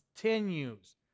continues